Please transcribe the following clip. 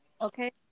okay